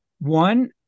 one